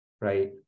Right